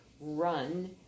run